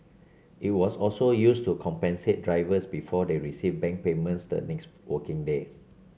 it was also used to compensate drivers before they received bank payments the next working day